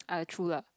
but true lah